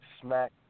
smack